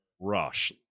Rush